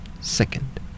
second